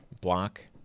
block